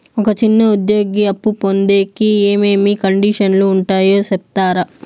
ఒక చిన్న ఉద్యోగి అప్పు పొందేకి ఏమేమి కండిషన్లు ఉంటాయో సెప్తారా?